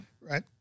right